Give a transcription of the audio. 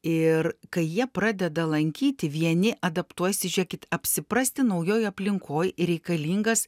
ir kai jie pradeda lankyti vieni adaptuojasi žiūrėkit apsiprasti naujoj aplinkoj reikalingas